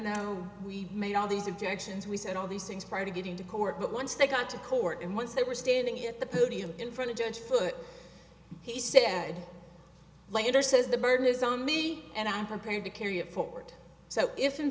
no we made all these objections we said all these things prior to getting to court but once they got to court and once they were standing at the podium in front of judge foote he said later says the burden is on me and i'm prepared to carry it forward so if in